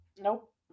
Nope